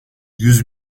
yüz